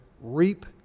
reap